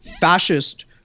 fascist